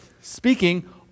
speaking